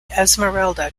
esmeralda